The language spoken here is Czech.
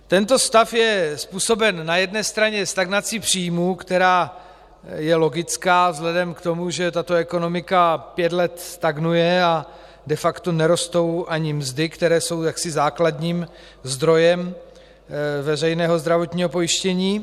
Tento stav je způsoben na jedné straně stagnací příjmů, která je logická vzhledem k tomu, že tato ekonomika pět let stagnuje a de facto nerostou ani mzdy, které jsou základním zdrojem veřejného zdravotního pojištění.